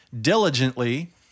diligently